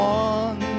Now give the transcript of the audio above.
one